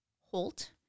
Holt